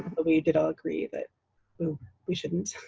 we did all agree that we we shouldn't.